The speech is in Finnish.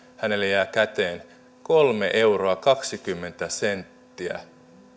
hänelle jää käteen kolme euroa kaksikymmentä senttiä